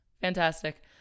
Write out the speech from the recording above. Fantastic